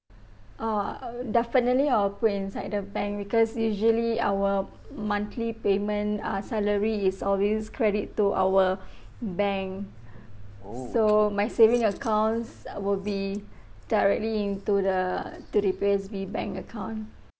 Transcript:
oh uh definitely I'll put inside the bank because usually our monthly payment uh salary is always credit to our bank so my saving accounts uh will be directly into the to the P_O_S_B bank account